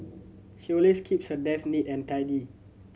she always keeps her desk neat and tidy